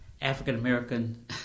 African-American